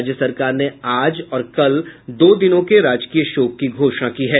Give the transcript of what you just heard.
राज्य सरकार ने आज और कल दो दिनों के राजकीय शोक की घोषणा की है